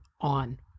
on